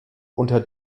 unter